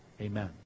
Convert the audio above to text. Amen